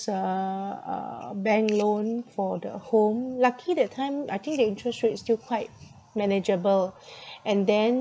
a uh bank loan for the home lucky that time I think the interest rate still quite manageable and then